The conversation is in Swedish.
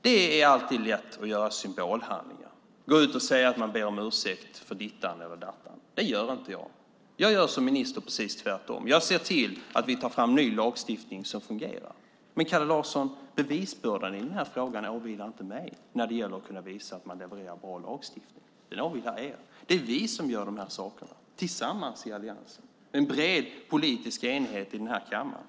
Det är alltid lätt att göra symbolhandlingar och gå ut och säga att man ber om ursäkt för dittan eller dattan. Det gör inte jag. Jag gör som minister precis tvärtom: Jag ser till att vi tar fram ny lagstiftning som fungerar. Men, Kalle Larsson, bevisbördan i den här frågan åvilar inte mig när det gäller att kunna visa att man levererar bra lagstiftning. Den åvilar er. Det är vi som gör de här sakerna, tillsammans i Alliansen, en bred politisk enighet i den här kammaren.